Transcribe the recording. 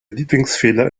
lieblingsfehler